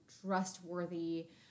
trustworthy